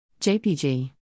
jpg